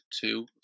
two